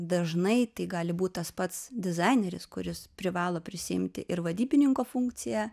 dažnai tai gali būt tas pats dizaineris kuris privalo prisiimti ir vadybininko funkciją